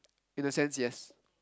in a sense yes